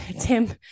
Tim